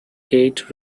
eight